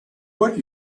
what